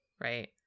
right